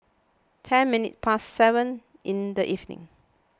ten minutes past seven in the evening